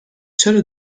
چرا